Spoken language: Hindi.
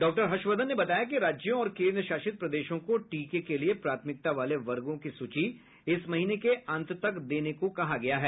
डॉक्टर हर्षवर्धन ने बताया कि राज्यों और केंद्रशासित प्रदेशों को टीके के लिए प्राथमिकता वाले वर्गों की सूची इस महीने के अंत तक देने को कहा गया है